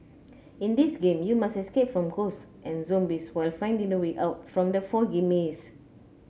in this game you must escape from ghosts and zombies while finding the way out from the foggy maze